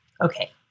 Okay